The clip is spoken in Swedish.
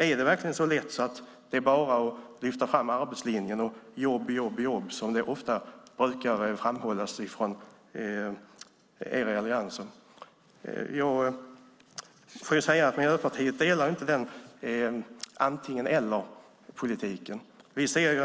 Är det så enkelt att man bara kan lyfta fram arbetslinjen och framhålla jobben som Alliansen brukar göra? Miljöpartiet delar inte denna antingen-eller-politik. Visst är